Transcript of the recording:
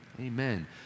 Amen